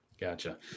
Gotcha